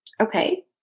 Okay